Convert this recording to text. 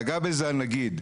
נגע בזה הנגיד.